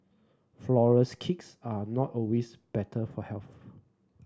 flourless cakes are not always better for health